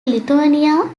lithuania